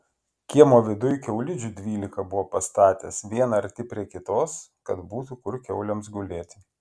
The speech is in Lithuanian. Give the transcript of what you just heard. kiemo viduj kiaulidžių dvylika buvo pastatęs vieną arti prie kitos kad būtų kur kiaulėms gulėti